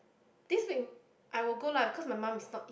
this week I will go lah because my mum is not